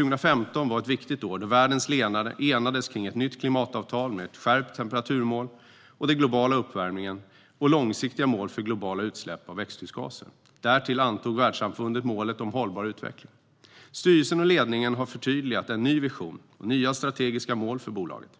År 2015 var ett viktigt år då världens ledare enades kring ett nytt klimatavtal med ett skärpt temperaturmål för den globala uppvärmningen och långsiktiga mål för globala utsläpp av växthusgaser. Därtill antog världssamfundet målet om hållbar utveckling. Styrelsen och ledningen har förtydligat en ny vision och nya strategiska mål för bolaget.